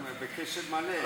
אנחנו בקשב מלא.